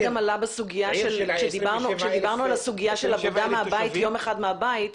זה גם עלה כשדיברנו על עבודה יום אחד מהבית.